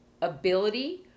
ability